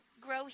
grow